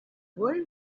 boy